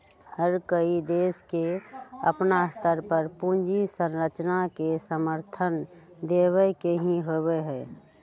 हर कोई देश के अपन स्तर पर पूंजी संरचना के समर्थन देवे के ही होबा हई